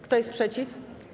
Kto jest przeciw?